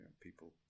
people